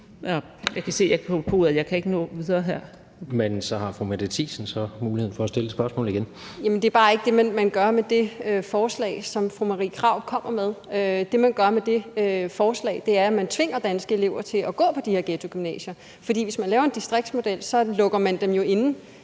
Kl. 15:11 Tredje næstformand (Jens Rohde): Men så har fru Mette Thiesen så muligheden for at stille et spørgsmål igen. Kl. 15:11 Mette Thiesen (NB): Det er bare ikke det, man gør med det forslag, som fru Marie Krarup kommer med. Det, man gør med det forslag, er, at man tvinger danske elever til at gå på de her ghettogymnasier, for hvis man laver en distriktsmodel, lukker man dem jo inde